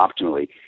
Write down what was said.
optimally